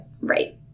Right